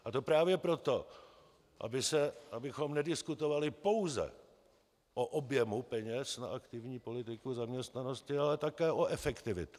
A to právě proto, abychom nediskutovali pouze o objemu peněz na aktivní politiku zaměstnanosti, ale také o efektivitě.